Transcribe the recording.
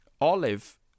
Olive